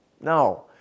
No